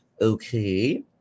Okay